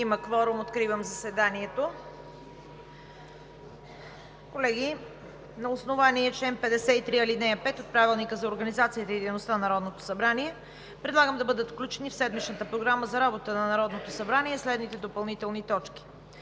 Има кворум. Откривам заседанието. Колеги, на основание чл. 53, ал. 5 от Правилника за организацията и дейността на Народното събрание предлагам да бъдат включени в седмичната Програма за работа на Народното събрание следните допълнителни точки.